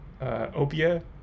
Opia